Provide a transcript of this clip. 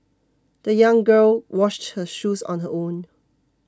the young girl washed her shoes on her own